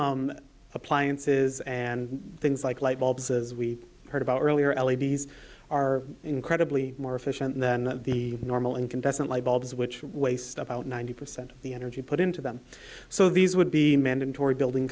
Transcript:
all appliances and things like light bulbs as we heard about earlier l e d s are incredibly more efficient than the normal incandescent light bulbs which waste about ninety percent of the energy put into them so these would be mandatory building